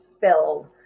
filled